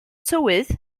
tywydd